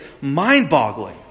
mind-boggling